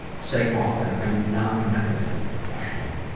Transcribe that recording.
say often, i am not a mental health professional.